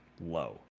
low